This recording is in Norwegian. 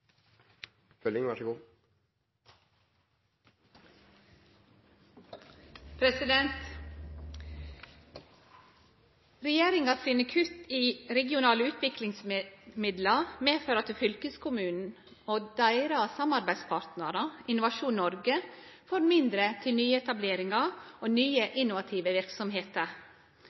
sine kutt i dei regionale utviklingsmidla medfører at fylkeskommunane og deira samarbeidspartnar, Innovasjon Norge, får mindre til nyetableringar og nye innovative